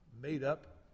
made-up